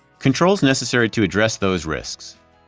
controls necessary to address those risks.